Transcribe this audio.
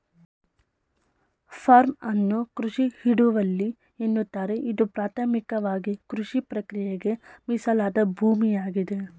form ಅನ್ನು ಕೃಷಿ ಹಿಡುವಳಿ ಎನ್ನುತ್ತಾರೆ ಇದು ಪ್ರಾಥಮಿಕವಾಗಿಕೃಷಿಪ್ರಕ್ರಿಯೆಗೆ ಮೀಸಲಾದ ಭೂಮಿಯಾಗಿದೆ